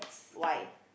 why